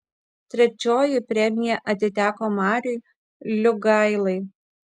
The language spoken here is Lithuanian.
trečioji premija atiteko mariui liugailai